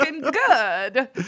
good